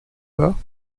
bas